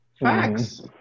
Facts